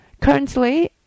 Currently